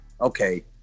okay